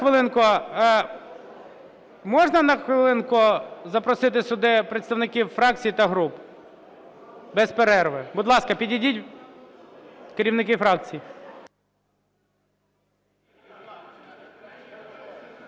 таблиця? А можна на хвилинку запросити сюди представників фракцій та груп, без перерви. Будь ласка, підійдіть керівники фракцій.